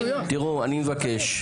אני מבקש.